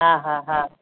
हा हा हा